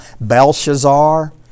Belshazzar